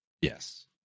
Yes